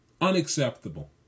Unacceptable